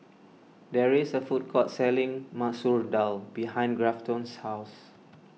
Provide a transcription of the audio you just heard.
there is a food court selling Masoor Dal behind Grafton's house